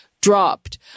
dropped